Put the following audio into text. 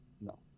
No